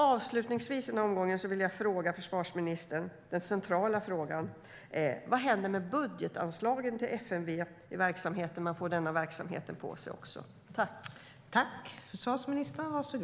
Avslutningsvis vill jag ställa den centrala frågan: Vad händer med budgetanslaget för FMV om man också får denna verksamhet på sig?